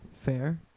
fair